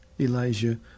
Elijah